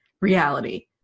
reality